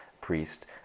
priest